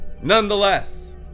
nonetheless